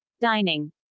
Dining